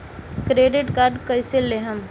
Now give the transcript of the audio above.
Credit card कईसे लेहम?